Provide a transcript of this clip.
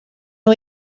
nhw